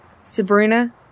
Sabrina